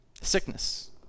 sickness